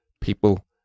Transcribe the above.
people